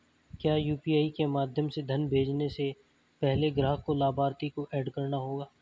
क्या यू.पी.आई के माध्यम से धन भेजने से पहले ग्राहक को लाभार्थी को एड करना होगा?